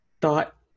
thought